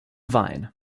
vine